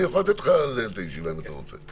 אני יכול לתת לך לנהל את הישיבה אם אתה רוצה.